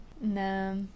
No